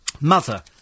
Mother